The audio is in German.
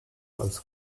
als